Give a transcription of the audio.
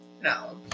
No